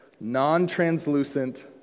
non-translucent